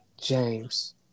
james